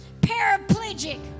paraplegic